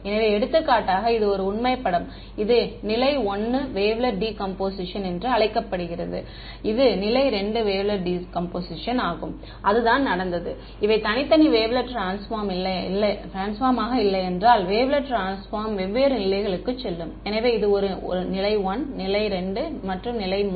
எனவே எடுத்துக்காட்டாக இது ஒரு உண்மை படம் இது நிலை 1 வேவ்லெட் டீகம்போசிஷன் என்று அழைக்கப்படுகிறது இது ஒரு நிலை 2 வேவ்லெட் டீகம்போசிஷன் ஆகும் மாணவர் அதுதான் நடந்தது இவை தனித்தனி வேவ்லெட் ட்ரான்ஸ்பார்ம் இல்லையென்றால் வேவ்லெட் ட்ரான்ஸ்பார்ம் வெவ்வேறு நிலைகளுக்கு செல்லும் எனவே இது ஒரு நிலை 1 நிலை 2 மற்றும் நிலை 3